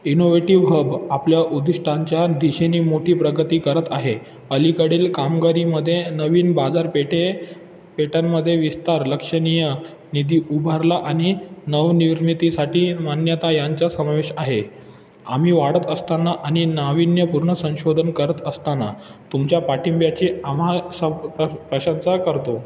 innovative hub आपल्या उद्दिष्टांच्या दिशेने मोठी प्रगती करत आहे अलीकडील कामगिरीमध्ये नवीन बाजारपेठे पेठांमध्ये विस्तार लक्षणीय निधी उभारला आणि नवनिर्मितीसाठी मान्यता यांचा समावेश आहे आम्ही वाढत असताना आणि नाविन्यपूर्ण संशोधन करत असताना तुमच्या पाठिंब्याची आम्हा सब प्र प्रशंसा करतो